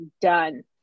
Done